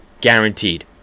Guaranteed